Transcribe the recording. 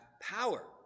power